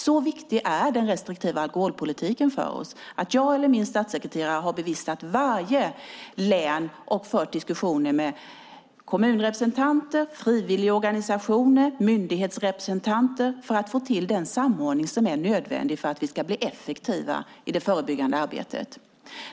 Så viktig är den restriktiva alkoholpolitiken för oss att jag eller min statssekreterare har besökt varje län och fört diskussioner med kommunrepresentanter, frivilligorganisationer och myndighetsrepresentanter för att få till den samordning som är nödvändig för att vi ska bli effektiva i det förebyggande arbetet.